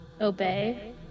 Obey